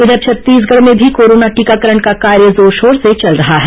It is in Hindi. इधर छत्तीसगढ़ में भी कोरोना टीकाकरण का कार्य जोरशोर से चल रहा है